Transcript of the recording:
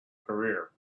career